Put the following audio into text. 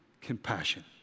compassion